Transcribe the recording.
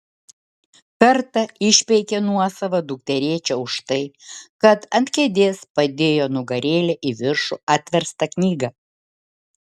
kartą išpeikė nuosavą dukterėčią už tai kad ant kėdės padėjo nugarėle į viršų atverstą knygą